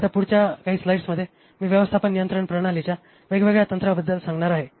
आता पुढच्या काही स्लाइड्समध्ये मी व्यवस्थापन नियंत्रण प्रणालीच्या वेगवेगळ्या तंत्रांबद्दल सांगणार आहे